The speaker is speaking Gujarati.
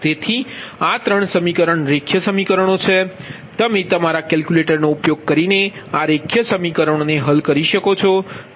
તેથી તમે તમારા કેલ્ક્યુલેટરનો ઉપયોગ કરીને આ રેખીય સમીકરણો ને હલ કરી શકો છો